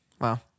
wow